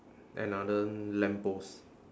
another lamppost